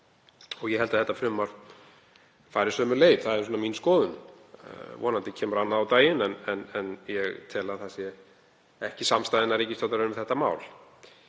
og ég held að þetta frumvarp fari sömu leið. Það er mín skoðun. Vonandi kemur annað á daginn, en ég tel að það sé ekki samstaða innan ríkisstjórnarinnar um þetta mál.